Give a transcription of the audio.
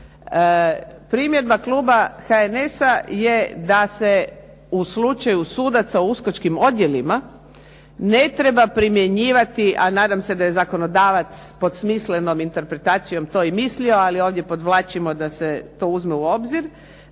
Primjedba kluba HNS-a je da se u slučaju sudaca u uskočkim odjelima ne treba primjenjivati, a nadam se da je zakonodavac pod smislenom interpretacijom to i mislio, ali ovdje podvlačimo da se to uzme u obzir,